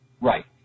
Right